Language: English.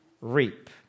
reap